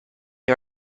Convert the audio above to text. you